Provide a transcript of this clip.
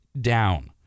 down